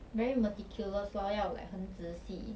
very meticulous lor 要 like 很仔细